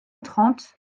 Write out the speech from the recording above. trente